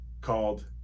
called